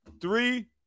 three